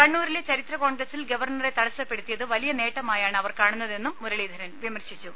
കണ്ണൂരിലെ ചരിത്ര കോൺഗ്രസിൽ ഗവർണറെ തടസ്സപ്പെടുത്തിയത് വലിയ നേട്ടമായാണ് അവർ കാണുന്നതെന്നും മുരളീധരൻ വിമർശിച്ചു